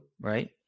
right